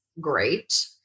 great